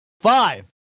Five